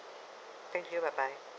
thank you bye bye